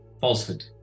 falsehood